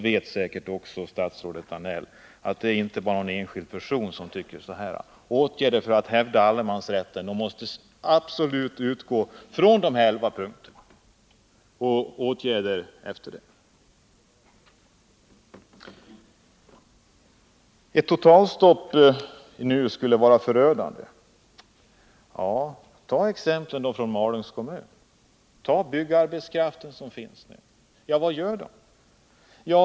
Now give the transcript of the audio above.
Statsrådet Danell vet säkert att inte bara enskilda personer tycker så här. Åtgärder för att hävda allemansrätten måste absolut utgå från dessa elva punkter. Ett totalstopp nu skulle vara förödande, sägs det. Ja, se på exemplen från Malungs kommun! Ta byggarbetskraften som finns där! Vad gör den?